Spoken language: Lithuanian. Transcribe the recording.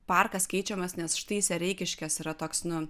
parkas keičiamas nes štai sereikiškės yra toks nu